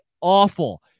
awful